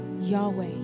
Yahweh